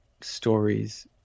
stories